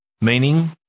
meaning